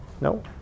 No